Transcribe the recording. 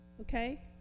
Okay